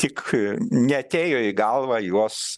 tik neatėjo į galvą juos